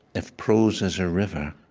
if prose is a river,